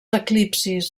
eclipsis